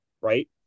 right